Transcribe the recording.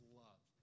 love